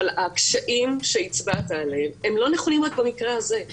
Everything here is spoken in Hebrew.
אבל הקשיים שהצבעת עליהם לא נכונים רק במקרה הזה.